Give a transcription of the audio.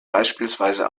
beispielsweise